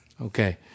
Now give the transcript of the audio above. Okay